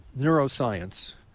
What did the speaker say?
neuroscience